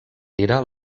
era